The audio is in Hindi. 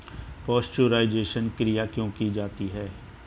पाश्चुराइजेशन की क्रिया क्यों की जाती है?